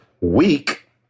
week